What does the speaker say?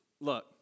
Look